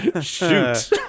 Shoot